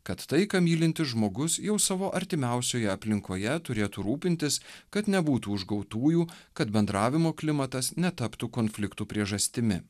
kad tai ką mylintis žmogus jau savo artimiausioje aplinkoje turėtų rūpintis kad nebūtų užgautųjų kad bendravimo klimatas netaptų konfliktų priežastimi